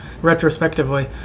retrospectively